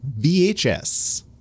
VHS